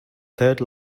third